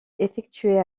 effectuer